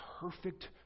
perfect